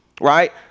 right